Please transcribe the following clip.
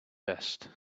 best